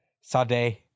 Sade